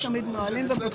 הישיבה ננעלה בשעה 10:46.